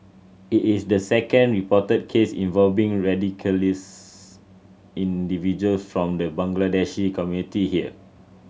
it is the second reported case involving radicalised individuals from the Bangladeshi community here